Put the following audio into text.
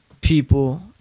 people